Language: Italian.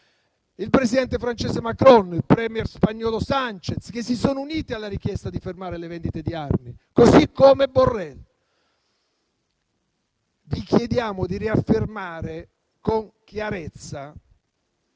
il presidente francese Macron e il *premier* spagnolo Sanchez che si sono uniti alla richiesta di fermare le vendite di armi, così come Borrell. Vi chiediamo di riaffermare con chiarezza